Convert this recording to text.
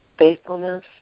Faithfulness